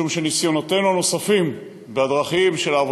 משום שניסיונותינו הנוספים,